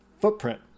footprint